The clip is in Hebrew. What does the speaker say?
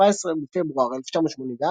17 בפברואר 1984,